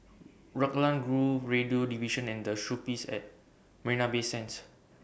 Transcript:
Raglan Grove Radio Division and The Shoppes At Marina Bay Sands